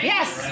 Yes